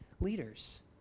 leaders